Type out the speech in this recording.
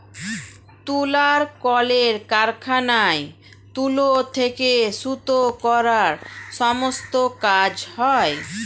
তুলার কলের কারখানায় তুলো থেকে সুতো করার সমস্ত কাজ হয়